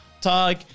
talk